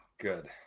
Good